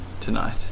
tonight